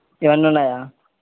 ఇవన్నీ ఉన్నాయా